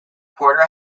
porter